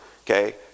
okay